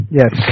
yes